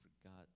forgot